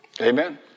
Amen